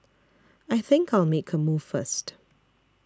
I think I'll make a move first